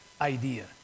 idea